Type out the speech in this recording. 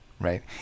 right